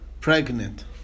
pregnant